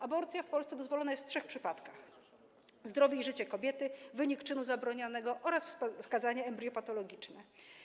Aborcja w Polsce dozwolona jest w trzech przypadkach: zdrowie i życie kobiety, wynik czynu zabronionego oraz wskazanie embriopatologiczne.